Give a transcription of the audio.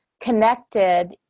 connected